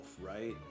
right